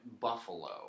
Buffalo